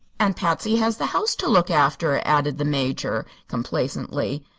and patsy has the house to look after, added the major, complacently.